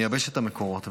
נייבש את המקורות.